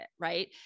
Right